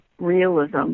realism